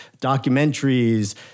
documentaries